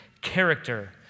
character